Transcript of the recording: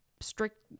strict